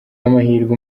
amahirwe